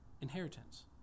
inheritance